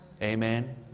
Amen